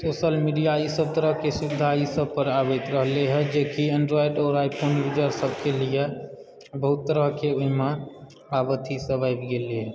social media ईसभ तरहकेँ सुविधा ईसभ पर आबैत रहलय हँ जेकि एन्ड्रोइड आओर आइफोन यूजरसभकेँ लिए बहुत तरहकेँ ओहिमे आब अथीसभ आबि गेलय हँ